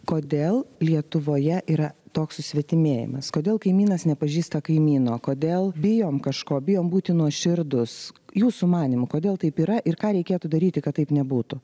kodėl lietuvoje yra toks susvetimėjimas kodėl kaimynas nepažįsta kaimyno kodėl bijom kažko bijom būti nuoširdūs jūsų manymu kodėl taip yra ir ką reikėtų daryti kad taip nebūtų